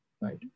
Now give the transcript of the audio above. right